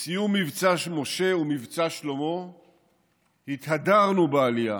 בסיום מבצע משה ומבצע שלמה התהדרנו בעלייה,